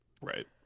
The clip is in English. Right